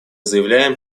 заявляем